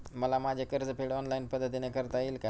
मला माझे कर्जफेड ऑनलाइन पद्धतीने करता येईल का?